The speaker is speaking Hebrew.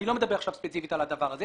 אני לא מדבר עכשיו ספציפית על הדבר הזה.